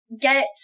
get